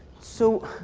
so,